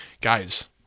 guys